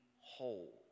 whole